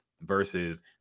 versus